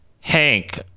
Hank